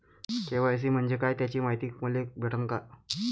KYC म्हंजे काय त्याची मायती मले भेटन का?